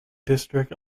district